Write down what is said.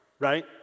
Right